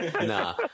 Nah